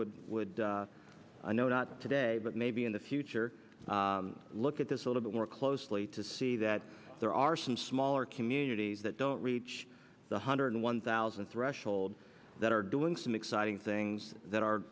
would would no not today but maybe in the future look at this a little bit more closely to see that there are some smaller communities that don't reach the hundred and one thousand threshold that are doing some exciting things that are